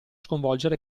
sconvolgere